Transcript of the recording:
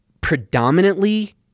predominantly